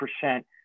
percent